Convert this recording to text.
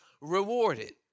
rewarded